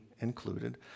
included